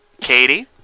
Katie